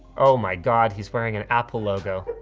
oh my god, he's wearing an apple logo.